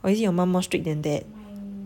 or is it your mum more strict than dad